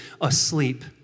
asleep